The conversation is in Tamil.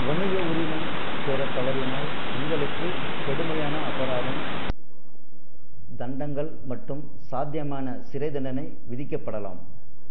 வணிக உரிமம் பெறத் தவறினால் உங்களுக்குக் கடுமையான அபராதம் தண்டங்கள் மற்றும் சாத்தியமான சிறைத் தண்டனை விதிக்கப்படலாம்